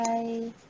Bye